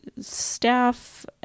staff